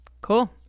Cool